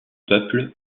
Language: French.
peuple